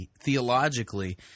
theologically